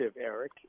Eric